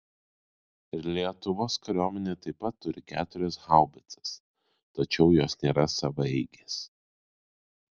lietuvos kariuomenė taip pat turi keturias haubicas tačiau jos nėra savaeigės